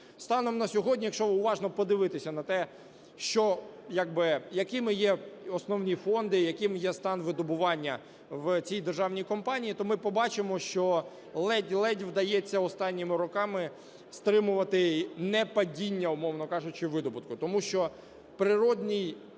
Станом на сьогодні, якщо уважно подивитися на те, якими є основні фонди, яким є стан видобування в цій державній компанії, то ми побачимо, що ледь-ледь вдається останніми роками стримувати непадіння, умовно кажучи, видобутку.